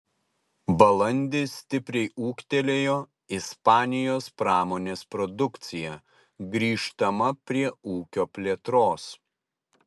balandį stipriai ūgtelėjo ispanijos pramonės produkcija grįžtama prie ūkio plėtros